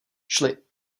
šli